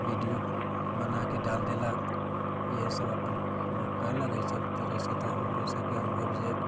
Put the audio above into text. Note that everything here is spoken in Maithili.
विडियो बनाके डालि देलक इएहसभ अपन लोक कयलक एहिसब तरहसँ तऽ हमरोसभके अनुभव जे